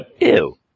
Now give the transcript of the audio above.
Ew